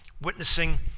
witnessing